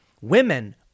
Women